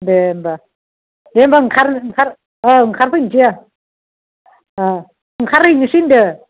दे होनबा दे होनबा ओंखार ओंखार अ ओंखार फैनोसै आं अ ओंखार हैनोसै होनदों